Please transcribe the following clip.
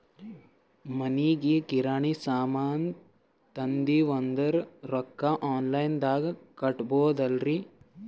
ಮನಿಗಿ ಕಿರಾಣಿ ಸಾಮಾನ ತಂದಿವಂದ್ರ ರೊಕ್ಕ ಆನ್ ಲೈನ್ ದಾಗ ಕೊಡ್ಬೋದಲ್ರಿ?